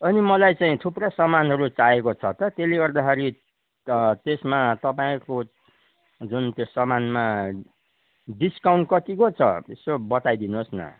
अनि मलाई चाहिँ थुप्रो सामानहरू चाहिएको छ त त्यसले गर्दाखेरि त्यसमा तपाईँको जुन त्यो सामानमा डिस्काउन्ट कतिको छ यसो बताइदिनु होस् न